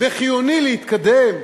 וחיוני להתקדם,